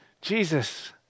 Jesus